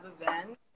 events